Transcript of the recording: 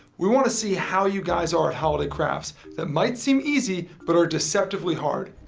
we want to see how you guys are at holiday crafts that might seem easy, but are deceptively hard.